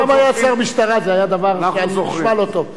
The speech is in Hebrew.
פעם היה צריך משטרה, זה היה דבר, זה נשמע לא טוב.